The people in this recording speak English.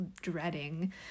dreading